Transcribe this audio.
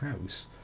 house